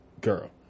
girl